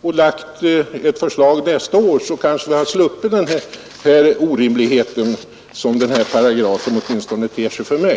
och i stället väntat till nästa år kanske vi hade sluppit den orimlighet som denna paragraf enligt min uppfattning är.